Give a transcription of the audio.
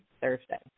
Thursday